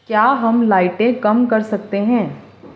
کیا ہم لائٹیں کم کر سکتے ہیں